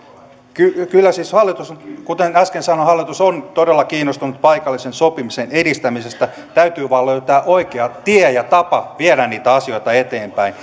kyllä kyllä siis hallitus kuten äsken sanoin on todella kiinnostunut paikallisen sopimisen edistämisestä täytyy vain löytää oikea tie ja tapa viedä niitä asioita eteenpäin